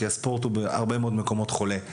כי בהרבה מקומות הספורט חולה.